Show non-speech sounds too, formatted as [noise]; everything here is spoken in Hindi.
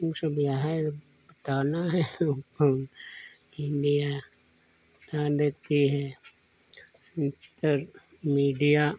ऊ सब यह है बताना है [unintelligible] मीडिया बता देती है [unintelligible] मीडिया